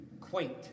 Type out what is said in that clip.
quaint